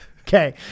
Okay